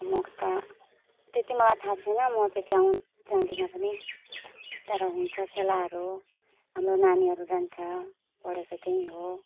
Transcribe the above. मुख्य त त्यति मलाई थाहा छैन म त त्यहाँ जाँदिनँ पनि त्यहाँ र हुन्छ खेलाहरू हाम्रो नानीहरू जान्छ पढेको त्यहीँ हो